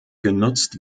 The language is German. genutzt